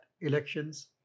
elections